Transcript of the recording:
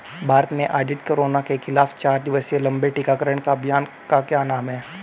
भारत में आयोजित कोरोना के खिलाफ चार दिवसीय लंबे टीकाकरण अभियान का क्या नाम है?